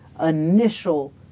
initial